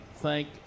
thank